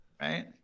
right